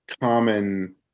common